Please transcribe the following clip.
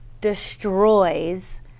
destroys